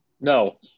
No